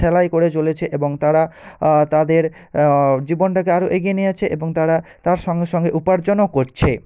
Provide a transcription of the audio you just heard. সেলাই করে চলেছে এবং তারা তাদের জীবনটাকে আরও এগিয়ে নিয়ে যাচ্ছে এবং তারা তার সঙ্গে সঙ্গে উপার্জনও করছে